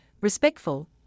respectful